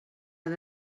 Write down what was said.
han